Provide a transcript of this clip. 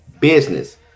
business